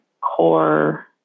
core